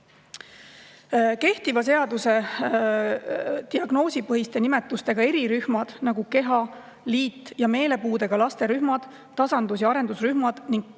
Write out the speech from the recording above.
Kehtiva seaduse diagnoosipõhiste nimetustega erirühmad, nagu keha‑, liit‑ ja meelepuudega laste rühmad, tasandus‑ ja arendusrühmad ning